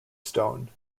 stone